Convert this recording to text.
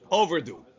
overdue